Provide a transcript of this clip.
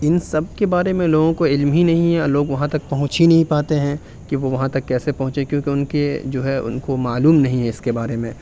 ان سب کے بارے میں لوگوں کو علم ہی نہیں ہے لوگ وہاں تک پہنچ ہی نہیں پاتے ہیں کیونکہ وہاں تک کیسے پہنچے کیوںکہ ان کے جو ہے ان کو معلوم نہیں ہے اس کے بارے میں